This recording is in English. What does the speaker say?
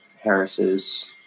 Harris's